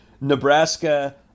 Nebraska